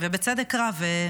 ובצדק רב.